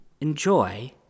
enjoy